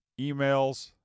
emails